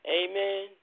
amen